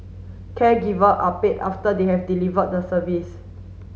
caregiver are paid after they have delivered the service